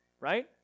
Right